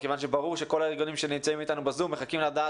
שברור שכל הארגונים שנמצאים אתנו בזום מחכים לדעת